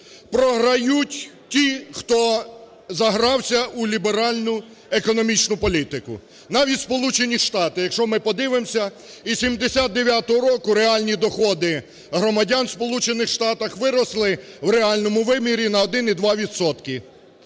Програють ті, хто загрався у ліберальну економічну політику. Навіть Сполучені Штати, якщо ми подивимося, із 1979 року реальні доходи громадян в Сполучених Штатах виросли в реальному вимірі на 1,2